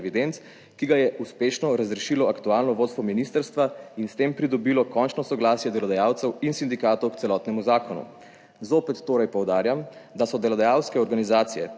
ki ga je uspešno razrešilo aktualno vodstvo ministrstva in s tem pridobilo končno soglasje delodajalcev in sindikatov k celotnemu zakonu. Zopet torej poudarjam, da so delodajalske organizacije